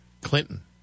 Clinton